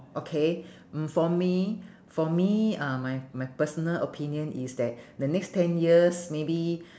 okay mm for me for me uh my my personal opinion is that the next ten years maybe